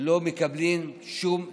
לא מקבלים שום תמיכה.